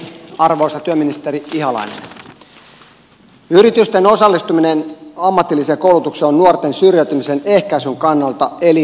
arvoisa työministeri ihalainen yritysten osallistuminen ammatilliseen koulutukseen on nuorten syrjäytymisen ehkäisyn kannalta elintärkeää